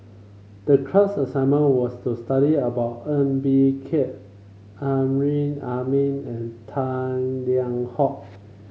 the class assignment was to study about Ng Bee Kia Amrin Amin and Tang Liang Hong